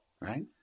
right